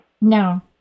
No